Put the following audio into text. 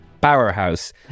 powerhouse